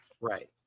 right